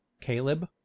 Caleb